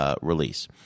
release